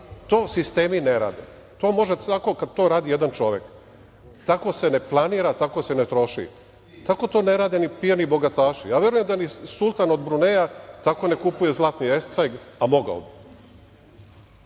To sistemi ne rade. To može tako kad to radi jedan čovek. Tako se ne planira, tako se ne troši. Tako to ne radi ni pijani bogataši. Verujem da ni sultan od Bruneja tako ne kupuje zlatni escajg, a mogao